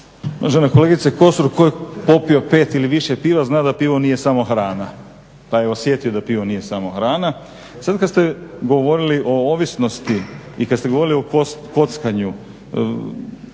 Uvažena kolegice Kosor, tko je popio pet ili više piva zna da pivo nije samo hrana, taj je osjetio da pivo nije samo hrana. Sad kad ste govorili o ovisnosti i kad ste govorili o kockanju tu